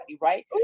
right